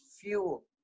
Fuel